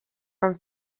from